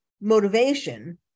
motivation